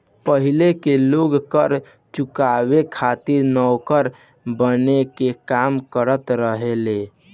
पाहिले के लोग कर चुकावे खातिर नौकर बनके काम करत रहले